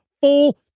full-